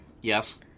Yes